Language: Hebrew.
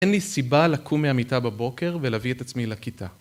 אין לי סיבה לקום מהמיטה בבוקר ולהביא את עצמי לכיתה.